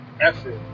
effort